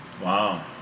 Wow